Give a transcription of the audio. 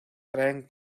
traen